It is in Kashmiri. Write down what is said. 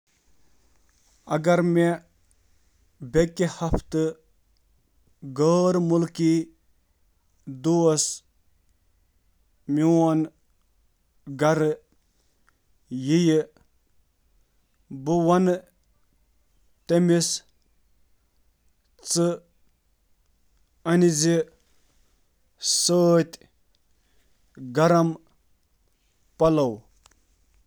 بہٕ کَرٕ أمِس گرم پَلو نِنُک مشورٕ۔ تِکیٛازِ ییٚتہِ چھُ آب و ہوا واریاہ سرد، اَمی مۄکھٕ چھُس بہٕ أمِس گرم پَلو پیک کرنُک مشورٕ دِوان۔